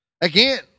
Again